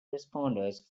responders